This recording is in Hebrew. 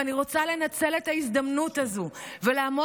ואני רוצה לנצל את ההזדמנות הזו ולעמוד